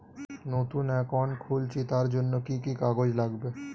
নতুন অ্যাকাউন্ট খুলছি তার জন্য কি কি কাগজ লাগবে?